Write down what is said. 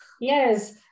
Yes